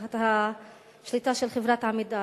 תחת השליטה של חברת "עמידר".